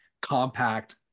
compact